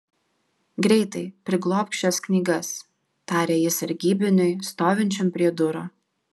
greitai priglobk šias knygas tarė jis sargybiniui stovinčiam prie durų